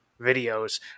videos